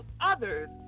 others